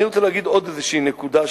אני רוצה להגיד עוד שתי נקודות,